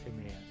Amen